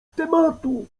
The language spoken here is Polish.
tematu